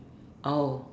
oh